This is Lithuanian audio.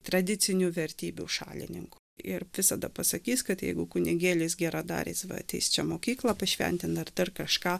tradicinių vertybių šalininku ir visada pasakys kad jeigu kunigėlis geradaris va ateis čia mokyklą pašventint ar dar kažką